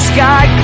Sky